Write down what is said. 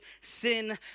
sin